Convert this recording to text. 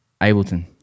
Ableton